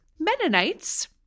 Mennonites